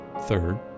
third